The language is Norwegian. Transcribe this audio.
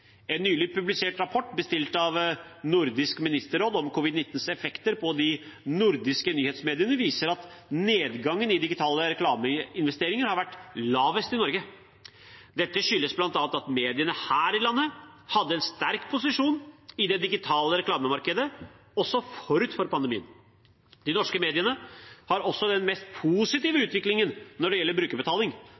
En nylig publisert rapport, bestilt av Nordisk ministerråd om covid-19s effekter på de nordiske nyhetsmediene, viser at nedgangen i digitale reklameinvesteringer har vært lavest i Norge. Dette skyldes bl.a. at mediene her i landet hadde en sterk posisjon i det digitale reklamemarkedet også forut for pandemien. De norske mediene har også den mest positive utviklingen når det gjelder brukerbetaling: